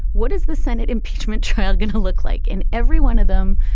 what is the senate impeachment trial going to look like in every one of them?